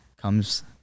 comes